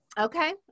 Okay